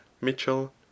Mitchell